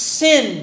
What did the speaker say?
sin